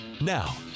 Now